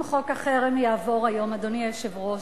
אם חוק החרם יעבור היום, אדוני היושב-ראש,